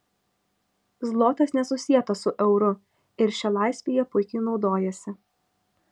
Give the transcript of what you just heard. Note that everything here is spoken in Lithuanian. zlotas nesusietas su euru ir šia laisve jie puikiai naudojasi